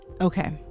Okay